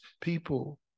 people